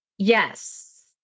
Yes